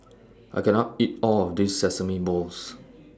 I can't eat All of This Sesame Balls